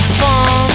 fun